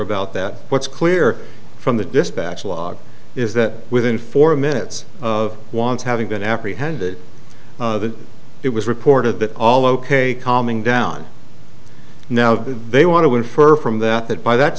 about that what's clear from the dispatch log is that within four minutes of once having been apprehended it was reported that all ok calming down now they want to infer from that that by that